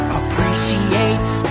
appreciates